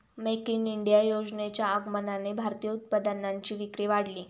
make in India योजनेच्या आगमनाने भारतीय उत्पादनांची विक्री वाढली